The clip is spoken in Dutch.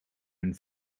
hun